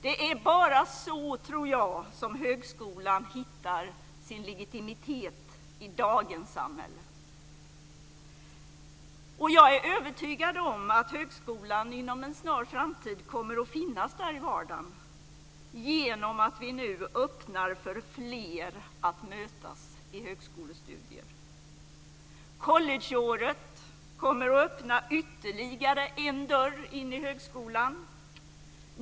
Det är bara så, tror jag, som högskolan hittar sin legitimitet i dagens samhälle. Jag är övertygad om att högskolan inom en snar framtid kommer att finnas där i vardagen genom att vi nu öppnar för fler att mötas i högskolestudier. Collegeåret kommer att öppna ytterligare en dörr in i högskolan.